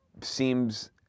seems